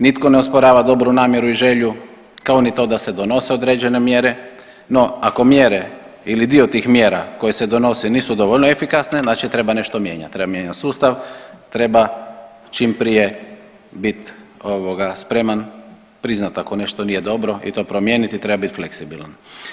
Nitko ne osporava dobru namjeru i želju kao ni to da se donose određene mjere, no ako mjere ili dio tih mjera koje se donose nisu dovoljno efikasne znači treba nešto mijenjat, treba mijenjat sustav, treba čim prije bit spreman priznat ako nešto nije dobro i to promijeniti i treba biti fleksibilan.